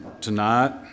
tonight